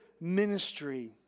ministry